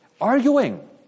arguing